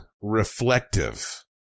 reflective